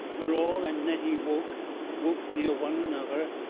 verrall and nettie woke woke near one another,